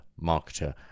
marketer